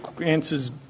answers